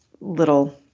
little